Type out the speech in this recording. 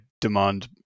demand